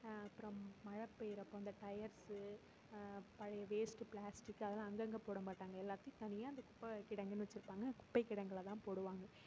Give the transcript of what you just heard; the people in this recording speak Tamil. அப்றம் மழை பெய்கிறப்போ அந்த டயர்ஸு பழைய வேஸ்ட்டு பிளாஸ்டிக்கு அதல்லாம் அங்கங்கே போட மாட்டாங்க எல்லாத்தையும் தனியாக அந்த குப்பை கிடங்குனு வச்சுருப்பாங்க குப்பை கிடங்கில் தான் போடுவாங்க